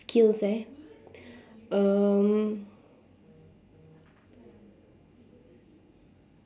skills eh um